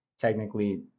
technically